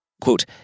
Quote